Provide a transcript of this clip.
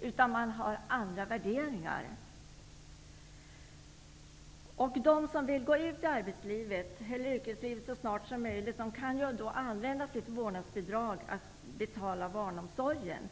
utan det är andra värderingar som gäller. De som vill gå ut i yrkeslivet så snart som möjligt kan använda vårdnadsbidraget till att betala barnomsorgen.